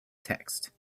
text